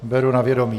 Beru na vědomí.